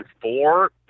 four